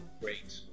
great